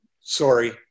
sorry